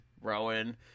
rowan